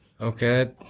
okay